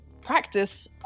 practice